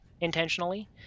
intentionally